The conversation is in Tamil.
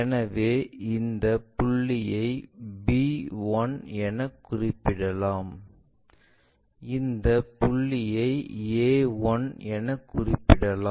எனவே இந்தப் புள்ளியை b1 என குறிப்பிடவும் இந்த புள்ளியை a 1 என குறிப்பிடவும்